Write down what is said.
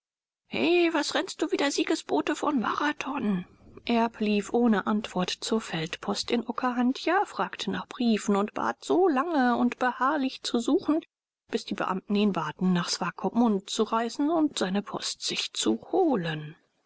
was rennst du wie der siegesbote von marathon erb lief ohne antwort zur feldpost in okahandja fragte nach briefen und bat so lange und beharrlich zu suchen bis die beamten ihn baten nach swakopmund zu reisen und seine post sich zu holen